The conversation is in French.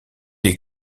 est